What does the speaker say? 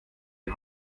die